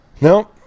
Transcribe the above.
no